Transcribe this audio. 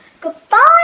Goodbye